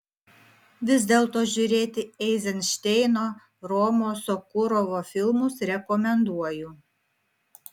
vis dėlto žiūrėti eizenšteino romo sokurovo filmus rekomenduoju